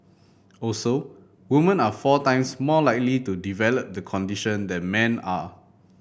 also women are four times more likely to develop the condition than men are